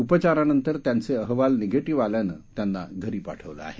उपचारानंतर त्यांचे अहवाल निगेटिव्ह आल्यानं त्यांना घरी पाठवलं आहे